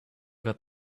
got